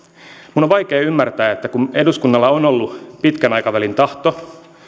minun on vaikea ymmärtää että kun eduskunnalla on ollut pitkän aikavälin tahto